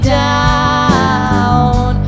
down